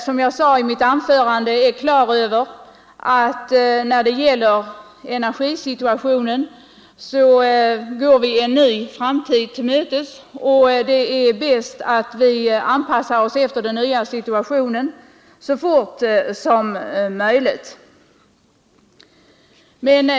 Som jag sade i mitt anförande är jag för min del klar över att vi går en ny framtid till mötes när det gäller energin, och det är bäst att vi anpassar oss för den nya situationen så fort som möjligt.